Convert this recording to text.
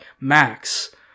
max